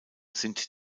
sind